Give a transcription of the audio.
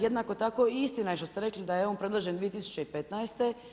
Jednako tako i istina je što ste rekli da je on predložen 2015.